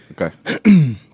Okay